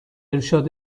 ارشاد